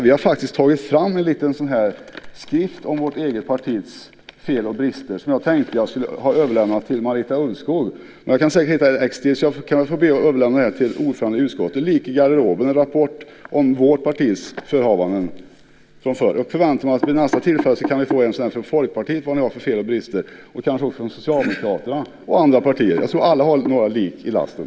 Vi har faktiskt tagit fram en liten skrift om vårt eget partis fel och brister, som jag hade tänkt överlämna till Marita Ulvskog. Jag kan säkert hitta ett exemplar till, så jag ska be att få överlämna den här till ordföranden i utskottet, Lik i garderoben . Det är en rapport om vårt partis förehavanden från förr. Vid nästa tillfälle kanske vi kan få en sådan här skrift från Folkpartiet om vilka fel och brister de har, och kanske också från Socialdemokraterna och andra partier. Jag tror att alla har några lik i lasten.